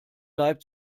leib